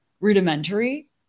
rudimentary